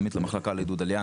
למחלקה לעידוד עלייה,